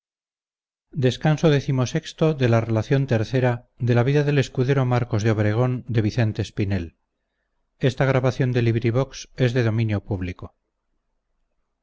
la donosa narración de las aventuras del escudero marcos de obregón